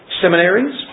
Seminaries